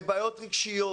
לבעיות רגשיות,